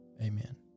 amen